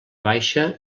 baixa